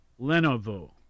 Lenovo